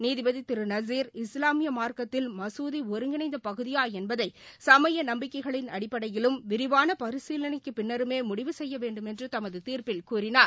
நீதிபதி திரு நசீர் இஸ்லாமிய மார்க்கத்தில் மஞதி ஒரு ஒருங்கிணைந்த பகுதியா என்பதை சமய நம்பிக்கைகளின் அடிப்படையிலும் விரிவான பரிசீலினைக்கு பின்னருமே முடிவு செய்ய வேண்டுமென்று தமது தீர்ப்பில் கூறினார்